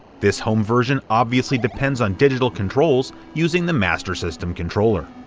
this home version obviously depends on digital controls using the master system controller.